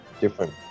different